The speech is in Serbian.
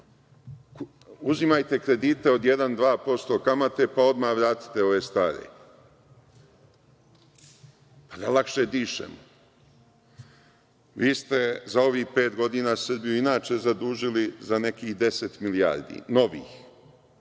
uzimajte kredite od 1-2% kamate pa odmah vratite ove stare, pa da lakše dišemo.Za ovih pet godina ste Srbiju zadužili za nekih 10 milijardi, novih.